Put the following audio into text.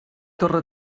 torre